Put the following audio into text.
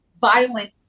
violent